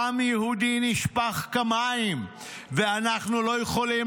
דם יהודי נשפך כמים ואנחנו לא יכולים